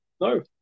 No